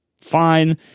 fine